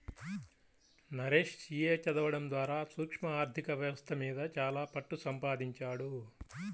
Naresh CA చదవడం ద్వారా సూక్ష్మ ఆర్ధిక వ్యవస్థ మీద చాలా పట్టుసంపాదించాడు